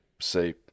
say